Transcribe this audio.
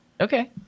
Okay